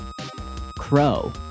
Crow